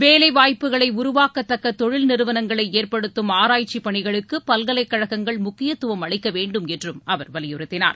வேலைவாய்ப்புக்களை உருவாக்கத்தக்க தொழில் நிறுவனங்களை ஏற்படுத்தும் ஆராய்ச்சி பணிகளுக்கு பல்கலைக்கழகங்கள் முக்கியத்துவம் அளிக்க வேண்டும் என்றும் அவர் வலியுறுத்தினார்